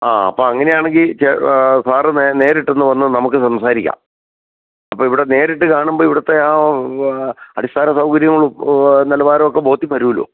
ആ അപ്പം അങ്ങനെയാണെങ്കിൽ ചെ സാർ നേരിട്ടൊന്ന് വന്ന് നമുക്ക് സംസാരിക്കാം അപ്പോൾ ഇവിടെ നേരിട്ട് കാണുമ്പം ഇവിടുത്തെ ആ ഓ അടിസ്ഥാന സൗകര്യങ്ങളും നിലവാരവും ഒക്കെ ബോധ്യം വരുമല്ലൊ